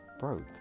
broke